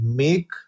make